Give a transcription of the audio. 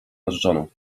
narzeczoną